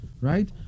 right